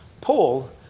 Paul